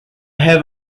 have